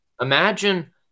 imagine